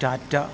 Tata